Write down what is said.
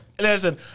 Listen